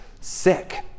sick